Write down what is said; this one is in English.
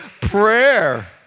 prayer